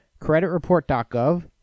creditreport.gov